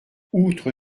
outre